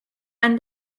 and